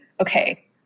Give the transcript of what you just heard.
Okay